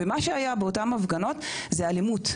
ומה שהיה באותן הפגנות זה אלימות,